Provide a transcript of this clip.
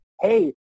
hey